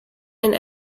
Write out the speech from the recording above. and